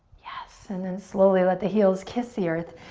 yes, and then slowly let the heels kiss the earth.